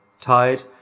tired